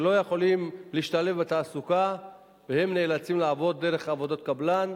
שלא יכולים להשתלב בתעסוקה ונאלצים לעבוד דרך קבלן.